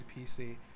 PC